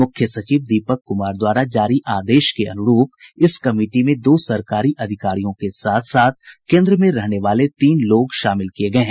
मुख्य सचिव दीपक कुमार द्वारा जारी आदेश के अनुरूप इस कमिटी में दो सरकारी अधिकारियों के साथ साथ केन्द्र में रहने वाले तीन लोग शामिल किये गये है